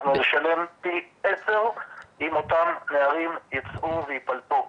אנחנו נשלם פי עשר אם אותם נערים ייצאו וייפלטו.